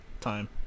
time